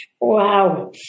Wow